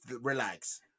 Relax